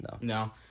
No